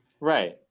Right